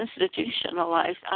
institutionalized